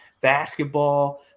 basketball